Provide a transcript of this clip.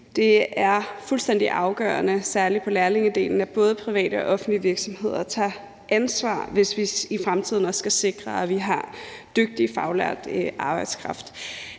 Det er fuldstændig afgørende, særlig på lærlingedelen, at både private og offentlige virksomheder tager ansvar, hvis vi også i fremtiden skal sikre, at vi har dygtig faglært arbejdskraft.